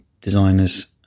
designers